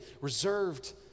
reserved